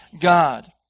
God